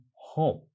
home